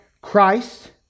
Christ